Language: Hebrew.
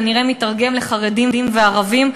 כנראה מיתרגם לחרדים וערבים,